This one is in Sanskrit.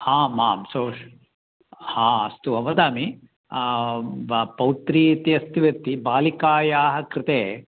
आम् आं सो हा अस्तु वदामि ब पौत्री इति अस्ति वत्ति बालिकायाः कृते